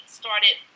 started